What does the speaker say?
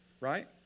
right